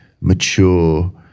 mature